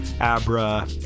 Abra